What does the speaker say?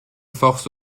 force